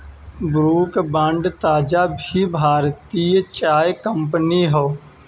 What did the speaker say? Brooke Bond ताज़ा भी भारतीय चाय कंपनी हअ